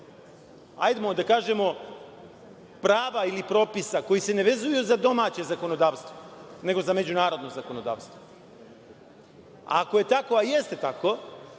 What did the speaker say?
hajdemo da kažemo, prava ili propisa koji se ne vezuju za domaće zakonodavstvo nego za međunarodno zakonodavstvo. Ako je tako, a jeste tako,